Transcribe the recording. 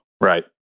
Right